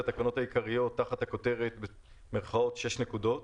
לתקנות העיקריות תחת הכותרת "6 נקודות"